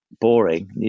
boring